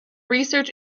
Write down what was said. research